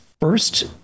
first